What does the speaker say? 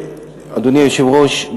אדוני היושב-ראש,